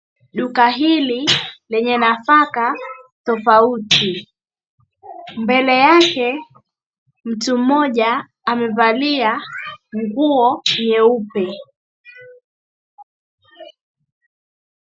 Duka hili lenye nafaka tofauti. Mbele yake mtu mmoja amevalia nguo nyeupe.